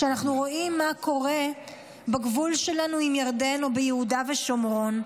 כשאנחנו רואים מה קורה בגבול שלנו עם ירדן או ביהודה ושומרון,